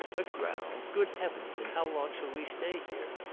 aground? good heavens! and how long shall we stay here?